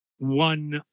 One